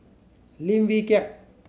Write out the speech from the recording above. Lim Wee Kiak